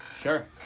Sure